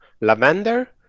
lavender